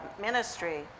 ministry